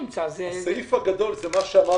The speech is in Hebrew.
הסעיף הגדול הוא כמו שנאמר